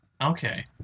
Okay